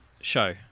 show